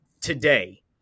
today